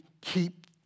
keep